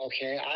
Okay